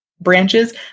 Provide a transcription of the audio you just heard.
branches